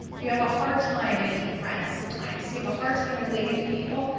you have a hard time making friends sometimes. you have a hard time relating to people.